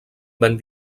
ben